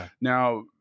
now